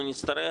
אנחנו נצטרך,